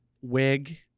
wig